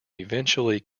eventually